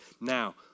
Now